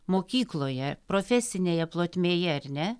mokykloje profesinėje plotmėje ar ne